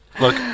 Look